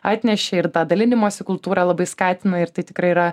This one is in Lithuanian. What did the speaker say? atnešė ir tą dalinimosi kultūrą labai skatino ir tai tikrai yra